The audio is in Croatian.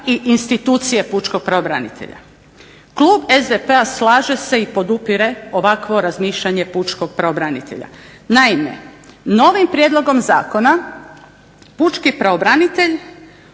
i institucije pučkog pravobranitelja. Klub SDP-a slaže se i podupire ovakvo razmišljanje pučkog pravobranitelja. Naime, novim prijedlogom zakona pučki pravobranitelj